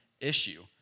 issue